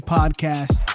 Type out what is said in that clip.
Podcast